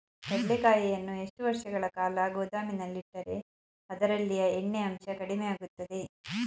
ಕಡ್ಲೆಕಾಯಿಯನ್ನು ಎಷ್ಟು ವರ್ಷಗಳ ಕಾಲ ಗೋದಾಮಿನಲ್ಲಿಟ್ಟರೆ ಅದರಲ್ಲಿಯ ಎಣ್ಣೆ ಅಂಶ ಕಡಿಮೆ ಆಗುತ್ತದೆ?